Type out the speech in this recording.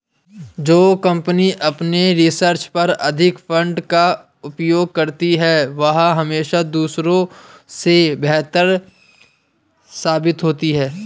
जो कंपनी अपने रिसर्च पर अधिक फंड का उपयोग करती है वह हमेशा दूसरों से बेहतर साबित होती है